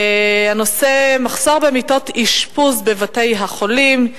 מחסור במיטות אשפוז בבתי-החולים,